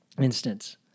instance